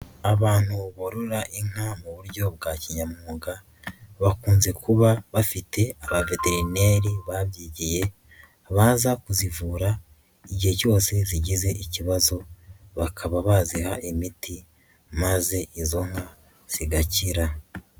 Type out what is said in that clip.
Abantu borora inka mu buryo bwa kinyamwuga, bakunze kuba bafite abaveterineri babyigiye, baza kuzivura igihe cyose zigize ikibazo bakaba baziha imiti, maze izo nka zigakira.